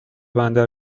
بندر